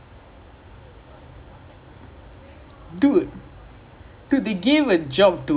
this olay also I don't know what tactics you do like I think he just err boys go play I don't think even the tactics lah